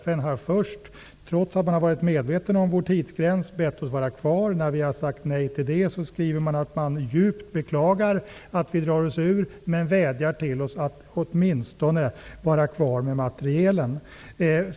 FN har först -- trots att man har varit medveten om vår tidsgräns -- bett oss vara kvar. När vi har sagt nej till det har FN djupt beklagat att vi drar oss ur och har vidare vädjat till oss att åtminstone vara kvar med materielen.